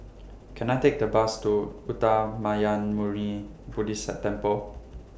Can I Take The Bus to Uttamayanmuni Buddhist Temple